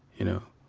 you know.